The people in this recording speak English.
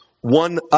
one